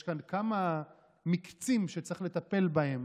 יש כאן כמה מקצים שצריך לטפל בהם